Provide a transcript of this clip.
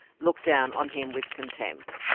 looked down on him with contempt.